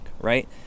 right